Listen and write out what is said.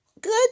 Good